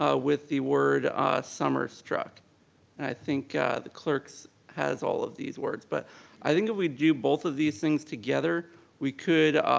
ah with the word summer struck, and i think the clerk so has all of these words. but i think if we do both of these things together we could